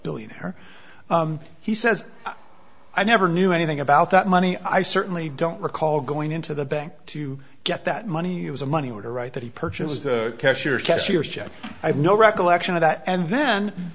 billionaire he says i never knew anything about that money i certainly don't recall going into the bank to get that money it was a money order right that he purchased a cashier's cashier's check i have no recollection of that and then